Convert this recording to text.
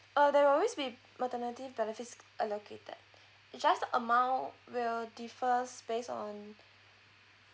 uh there always be maternity benefits allocated it's just the amount will differs based on